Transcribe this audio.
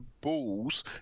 balls